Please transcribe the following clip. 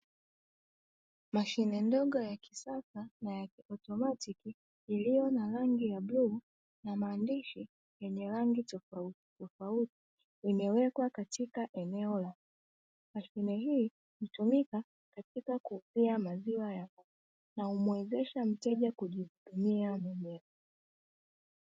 Mashine ndogo ya kisasa na ya kiautomatiki iliyo na rangi ya bluu na maandishi yenye rangi tofautitofauti, imewekwa katika eneo la nje. Mashine hii hutumika katika kupimia maziwa na humwezesha mteja kujihudumia mwenyewe.